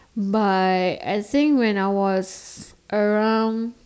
but I think when I was around